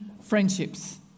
friendships